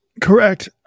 Correct